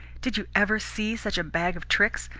did you ever see such a bag of tricks?